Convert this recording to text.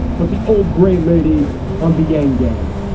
but the old gray lady on the yang gang.